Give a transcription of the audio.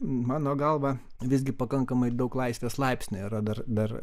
mano galva visgi pakankamai daug laisvės laipsnio yra dar dar